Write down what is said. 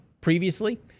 previously